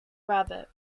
rabbit